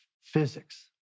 physics